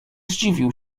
zdziwił